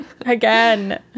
Again